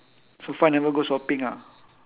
so far I never go shopping ah